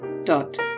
dot